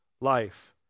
life